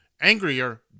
angrier